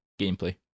gameplay